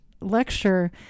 lecture